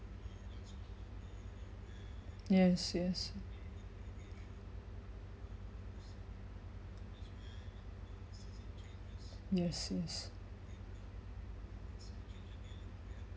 yes yes yes yes